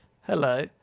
Hello